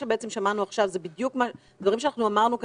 ששמענו עכשיו זה בדיוק דברים שאנחנו אמרנו כאן,